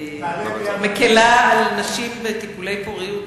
שמקלה על נשים בטיפולי פוריות,